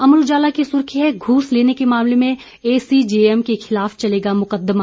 अमर उजाला की सुर्खी है घूस लेने के मामले में ऐ सी जे एम के खिलाफ चलेगा मुकदमा